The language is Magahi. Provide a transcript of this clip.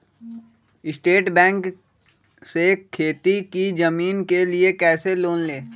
स्टेट बैंक से खेती की जमीन के लिए कैसे लोन ले?